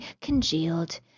congealed